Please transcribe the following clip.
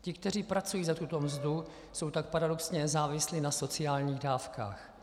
Ti, kteří pracují za tuto mzdu, jsou tak paradoxně závislí na sociálních dávkách.